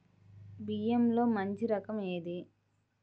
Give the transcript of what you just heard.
బియ్యంలో మంచి రకం ఏది?